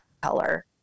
color